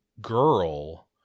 girl